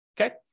okay